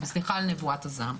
וסליחה על נבואת הזעם.